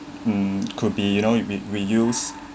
mm could be you know re~ re~ reuse